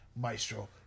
maestro